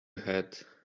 head